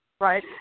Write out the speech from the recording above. right